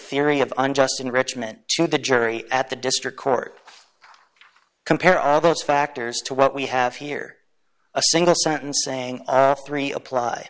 theory of unjust enrichment to the jury at the district court compare all those factors to what we have here a single sentence saying three apply